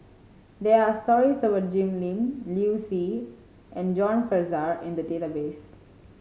there are stories about Jim Lim Liu Si and John Fraser in the database